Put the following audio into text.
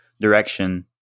direction